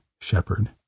shepherd